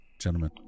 gentlemen